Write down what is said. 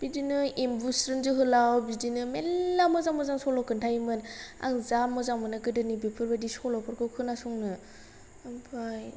बिदिनो एम्बुस्रोन जोहोलाव बिदिनो मेल्ला मोजां मोजां सल' खिन्थायोमोन आं जा मोजां मोनो गोदोनि बेफोरबायदि सल'फोरखौ खोनासंनो ओमफ्राय